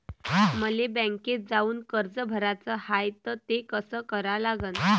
मले बँकेत जाऊन कर्ज भराच हाय त ते कस करा लागन?